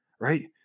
right